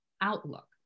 outlook